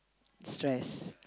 stress